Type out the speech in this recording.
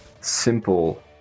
simple